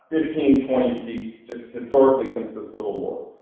twenty seats just historically since the civil war.